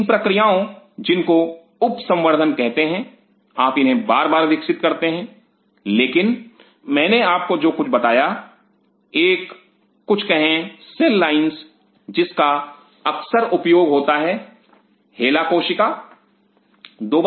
इन प्रक्रियाओं जिनको उप संवर्धन कहते हैं आप इन्हें बार बार विकसित करते हैं लेकिन मैंने आपको जो कुछ बताया और एक कुछ कहें सेल लाइंस जिसका अक्सर उपयोग होता है 'हेला' कोशिका 'HeLa' cell